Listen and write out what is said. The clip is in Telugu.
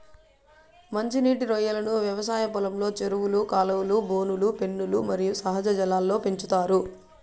మంచి నీటి రొయ్యలను వ్యవసాయ పొలంలో, చెరువులు, కాలువలు, బోనులు, పెన్నులు మరియు సహజ జలాల్లో పెంచుతారు